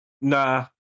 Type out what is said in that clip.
nah